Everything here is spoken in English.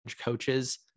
coaches